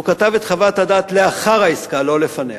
הוא כתב את חוות הדעת לאחר העסקה, לא לפניה,